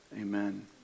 amen